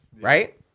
right